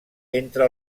entre